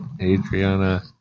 Adriana